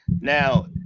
now